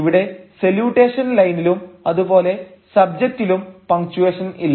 ഇവിടെ സല്യൂട്ടേഷൻ ലൈനിലും അതുപോലെ സബ്ജെക്ടിലും പങ്ച്ചുവേഷൻ ഇല്ല